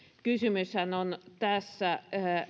kysymyshän on tässä